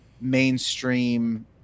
mainstream